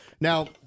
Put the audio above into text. Now